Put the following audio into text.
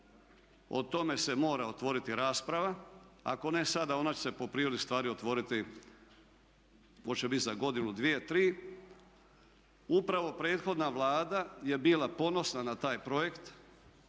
o tome se mora otvoriti rasprava. Ako ne sada, onda će se po prirodi stvari otvoriti hoće bit za godinu, dvije, tri. Upravo prethodna Vlada je bila ponosna na taj projekt